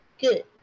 good